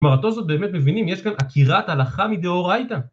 כלומר התוספות באמת מבינים, יש כאן עקירת הלכה מדאורייתא.